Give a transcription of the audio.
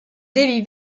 débit